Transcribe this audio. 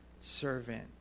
servant